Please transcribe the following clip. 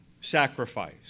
sacrifice